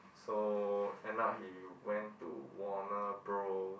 so end up he went to Warner Bros